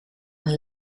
een